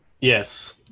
Yes